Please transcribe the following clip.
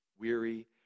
Weary